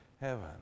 heaven